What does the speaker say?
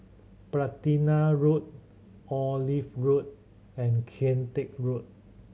Platina Road Olive Road and Kian Teck Road